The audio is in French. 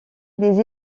des